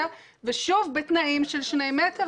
ושוב, בתנאים של שני מטר.